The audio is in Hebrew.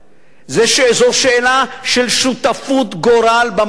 זו שאלה של שותפות גורל במקום הזה.